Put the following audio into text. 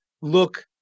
look